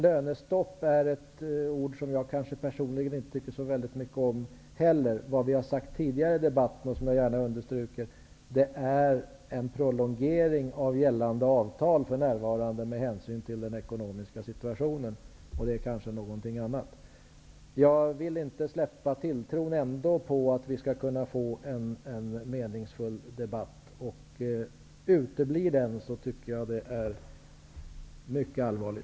Lönestopp är ett ord som jag personligen inte heller tycker så mycket om. Tidigare i debatten har vi sagt -- och jag vill gärna understryka det -- att det är en prolongering av gällande avtal med hänsyn till den ekonomiska situationen. Det är kanske något annat. Jag vill ändå inte släppa tilltron till att vi skall kunna få en meningsfull debatt. Det är mycket allvarligt om den uteblir.